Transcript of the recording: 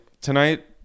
tonight